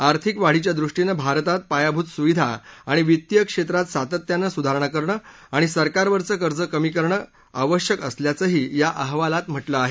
आर्थिक वाढीच्या दृष्टीनं भारतात पायाभूत सुविधा आणि वित्तीय क्षेत्रात सातत्यानं सुधारणा करणं आणि सरकारवरचं कर्ज कमी करणं आवश्यक असल्याचंही या अहवालात म्हटलं आहे